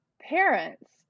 parents